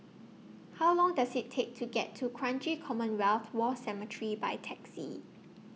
How Long Does IT Take to get to Kranji Commonwealth War Cemetery By Taxi